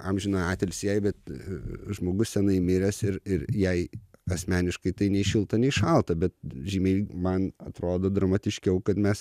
amžiną atilsį jai bet žmogus senai miręs ir ir jai asmeniškai tai nei šilta nei šalta bet žymiai man atrodo dramatiškiau kad mes